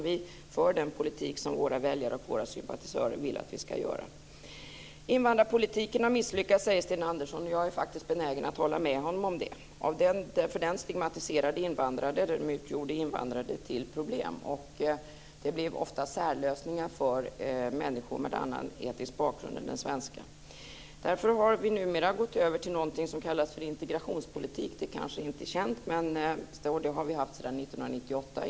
Vi för den politik som våra väljare och sympatisörer vill att vi ska föra. Invandrarpolitiken har misslyckats, säger Sten Andersson. Jag är faktiskt benägen att hålla med honom om det. Den stigmatiserade invandrare och gjorde invandrare till ett problem. Det blev ofta särlösningar för människor med en annan etnisk bakgrund än den svenska. Därför har vi numera gått över till något som kallas integrationspolitik. Det kanske inte är känt, men det har vi haft sedan 1998.